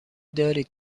دارید